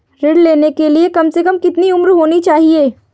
ऋण लेने के लिए कम से कम कितनी उम्र होनी चाहिए?